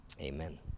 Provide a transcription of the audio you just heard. amen